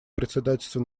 председательство